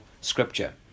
Scripture